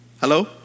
Hello